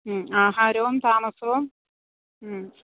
ആഹാരവും താമസവും